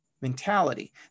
mentality